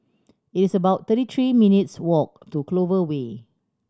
it's about thirty three minutes' walk to Clover Way